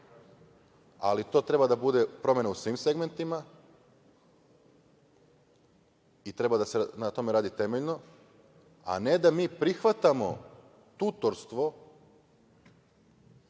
ali to treba da bude promena u svim segmentima i treba da se na tome radi temeljno, a ne da mi prihvatamo tutorstvo